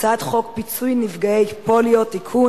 הצעת חוק פיצוי נפגעי פוליו (תיקון,